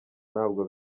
ntabwo